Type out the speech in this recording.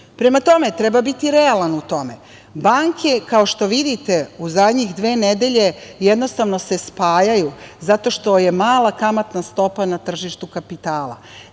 Prema tome, treba biti realan u tome. Banke, kao što vidite, u zadnje dve nedelje jednostavno se spajaju zato što je mala kamatna stopa na tržištu kapitala.